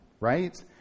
right